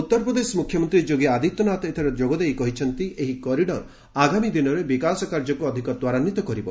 ଉତ୍ତରପ୍ରଦେଶ ମୁଖ୍ୟମନ୍ତ୍ରୀ ଯୋଗୀ ଆଦିତ୍ୟନାଥ ଏଥିରେ ଯୋଗଦେଇ କହିଛନ୍ତି ଏହି କରିଡ଼ର ଆଗାମୀ ଦିନରେ ବିକାଶ କାର୍ଯ୍ୟକୁ ଅଧିକ ତ୍ୱରାନ୍ୱିତ କରିବ